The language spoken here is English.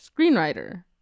screenwriter